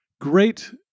great